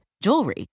jewelry